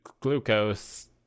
glucose